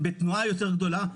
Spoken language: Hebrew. בתנועה יותר גדולה,